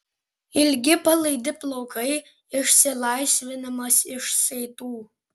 ilgi palaidi plaukai išsilaisvinimas iš saitų